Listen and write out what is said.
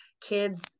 kids